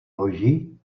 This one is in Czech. loži